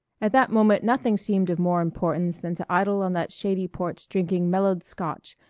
at that moment nothing seemed of more importance than to idle on that shady porch drinking mellowed scotch,